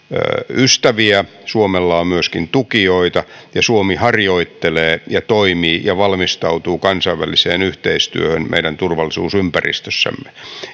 ystäviä suomella on myöskin tukijoita ja suomi harjoittelee ja toimii ja valmistautuu kansainväliseen yhteistyöhön meidän turvallisuusympäristössämme